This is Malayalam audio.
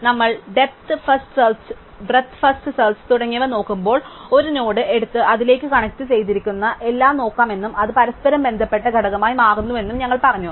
നമ്മൾ depth first search breadth first search തുടങ്ങിയവ നോക്കുമ്പോൾ ഒരു നോഡ് എടുത്ത് അതിലേക്ക് കണക്റ്റുചെയ്തിരിക്കുന്ന എല്ലാം നോക്കാമെന്നും അത് പരസ്പരം ബന്ധപ്പെട്ട ഘടകമായി മാറുന്നുവെന്നും ഞങ്ങൾ പറഞ്ഞു